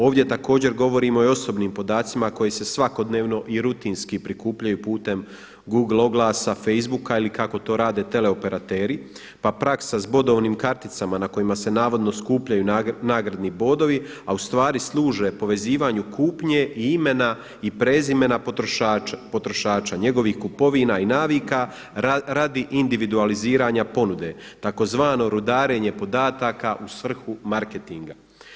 Ovdje također govorimo i o osobnim podacima koji se svakodnevno i rutinski prikupljaju putem google oglasa, facebooka ili kako to rade teleoperateri pa praksa s bodovnim karticama na kojima se navodno skupljaju nagradni bodovi a ustvari služe povezivanju kupnje i imena i prezimena potrošača, njegovih kupovina i navika radi individualiziranja ponude, tzv. rudarenje podataka u svrhu marketinga.